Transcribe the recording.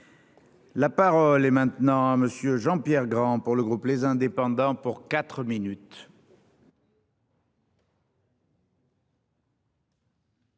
La parole est maintenant à monsieur Jean-Pierre Grand. Pour le groupe les indépendants pour 4 minutes.